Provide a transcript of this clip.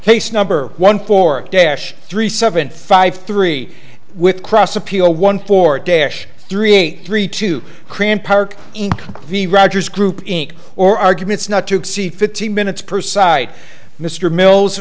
case number one four dash three seven five three with cross appeal one four dash three eight three to cram park in the rogers group inc or arguments not to exceed fifteen minutes per side mr m